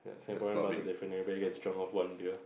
Singaporean bars are different everyone gets drunk off one beer